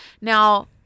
Now